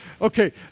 Okay